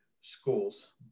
schools